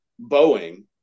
Boeing